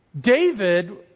David